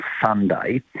Sunday